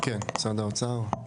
כן, משרד האוצר?